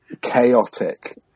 chaotic